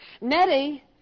Nettie